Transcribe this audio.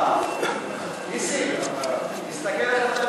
נסים, תסתכל איך אתה